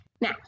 Now